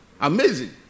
Amazing